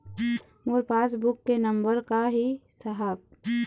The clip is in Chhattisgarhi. मोर पास बुक के नंबर का ही साहब?